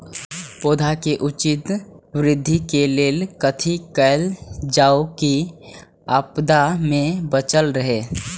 पौधा के उचित वृद्धि के लेल कथि कायल जाओ की आपदा में बचल रहे?